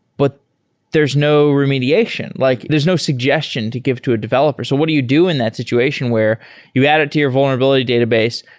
but there's no remediation. like there's no suggestion to give to a developer. so what do you do in that situation where you add it to your vulnerability database?